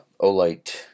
Olight